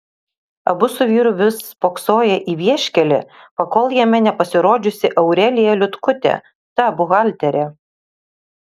abu su vyru vis spoksoję į vieškelį pakol jame nepasirodžiusi aurelija liutkutė ta buhalterė